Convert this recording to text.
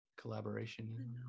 collaboration